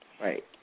Right